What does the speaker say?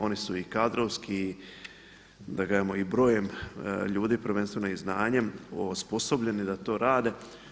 One su i kadrovski da kažem i brojem ljudi prvenstveno i znanjem osposobljeni da to rade.